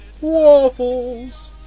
Waffles